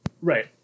Right